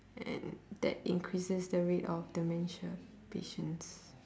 and that increases the rate of dementia patients